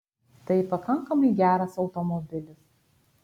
tai pakankamai geras automobilis